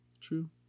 True